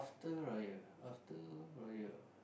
after raya after raya